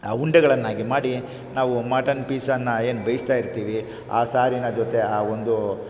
ಉಂಡೆಗಳನ್ನಾಗಿ ಮಾಡಿ ನಾವು ಮಾಟನ್ ಪೀಸನ್ನ ಏನು ಬೇಯಿಸ್ತಾಯಿರ್ತೀವಿ ಆ ಸಾರಿನ ಜೊತೆ ಆ ಒಂದು